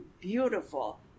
beautiful